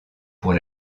pour